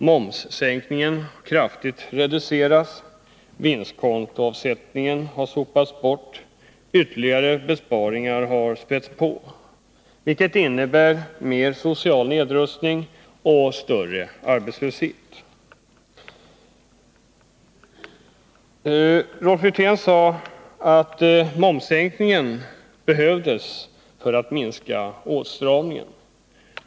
Momssänkningen reduceras kraftigt. Vinstkontoavsättningen har sopats bort. Ytterligare besparingar har spätts på, vilket innebär mer social nedrustning och större arbetslöshet. Rolf Wirtén sade att momssänkningen behövdes för att minska åtstramningen.